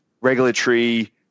regulatory